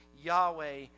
Yahweh